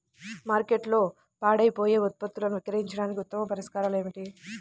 మార్కెట్లో పాడైపోయే ఉత్పత్తులను విక్రయించడానికి ఉత్తమ పరిష్కారాలు ఏమిటి?